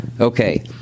Okay